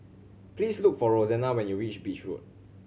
please look for Rosanna when you reach Beach Road